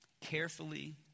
Carefully